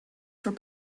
for